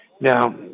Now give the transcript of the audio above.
Now